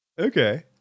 Okay